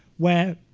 where